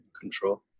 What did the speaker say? control